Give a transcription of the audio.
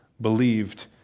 believed